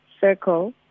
circle